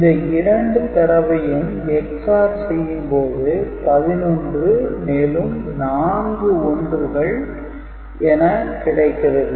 இந்த இரண்டு தரவையும் EXOR செய்யும் போது 11 மேலும் நான்கு 1 கள் என கிடைக்கிறது